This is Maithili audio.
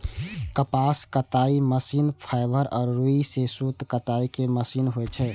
कपास कताइ मशीन फाइबर या रुइ सं सूत कताइ के मशीन होइ छै